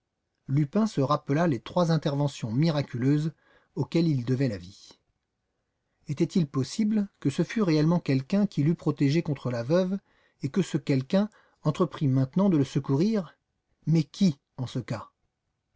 lupin se rappela les trois interventions miraculeuses auxquelles il devait la vie était-il possible que ce fût réellement quelqu'un qui l'eût protégé contre la veuve et que ce quelqu'un entreprît maintenant de le secourir mais qui en ce cas